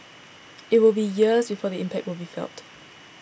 it will be years before the impact will be felt